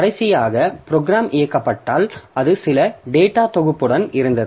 கடைசியாக ப்ரோக்ராம் இயக்கப்பட்டால் அது சில டேட்டா தொகுப்புடன் இருந்தது